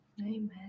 Amen